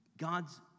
God's